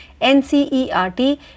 NCERT